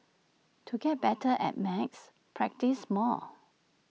to get better at maths practise more